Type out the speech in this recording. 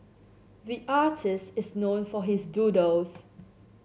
the artist is known for his doodles